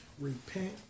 repent